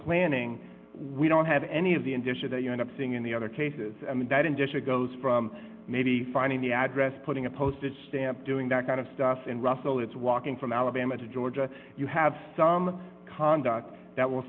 planning we don't have any of the indicia that you end up seeing in the other cases that industry goes from maybe finding the address putting a postage stamp doing that kind of stuff and russell it's walking from alabama to georgia you have some conduct that will